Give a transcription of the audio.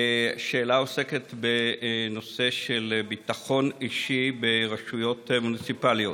השאלה עוסקת בנושא של ביטחון אישי ברשויות מוניציפליות.